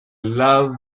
love